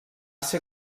ser